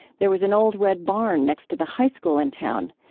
there was an old, red barn next to the high school in town.